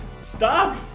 Stop